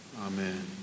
Amen